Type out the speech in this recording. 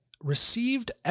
received